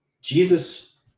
Jesus